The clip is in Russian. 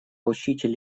учитель